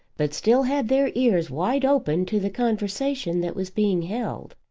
but still had their ears wide open to the conversation that was being held.